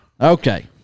Okay